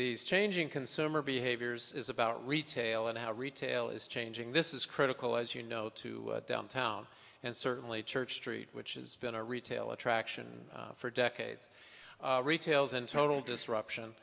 these changing consumer behaviors is about retail and how retail is changing this is critical as you know to downtown and certainly church street which is been a retail attraction for decades retails in total disruption